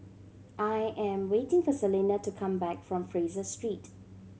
I am waiting for Celina to come back from Fraser Street